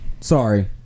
Sorry